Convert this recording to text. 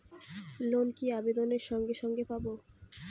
Loan কি আবেদনের সঙ্গে সঙ্গে পাব?